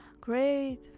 Great